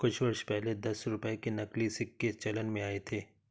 कुछ वर्ष पहले दस रुपये के नकली सिक्के चलन में आये थे